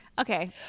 okay